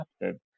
accepted